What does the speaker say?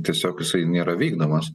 tiesiog jisai nėra vykdomas